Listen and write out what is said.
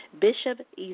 Bishop